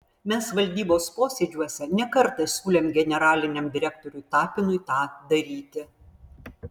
mes valdybos posėdžiuose ne kartą siūlėm generaliniam direktoriui tapinui tą daryti